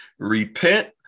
Repent